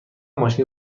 ماشین